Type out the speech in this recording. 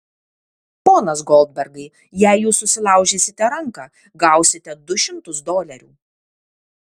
ponas goldbergai jei jūs susilaužysite ranką gausite du šimtus dolerių